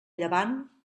llevant